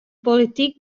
polityk